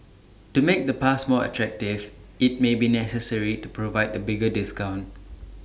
to make the pass more attractive IT may be necessary to provide A bigger discount